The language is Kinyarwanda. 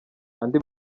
andi